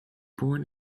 born